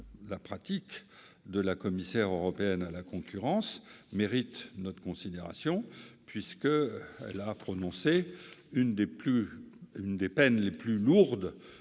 la pratique de la commissaire européenne à la concurrence mérite notre considération, puisque celle-ci a prononcé l'une des peines les plus lourdes